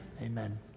Amen